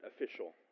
official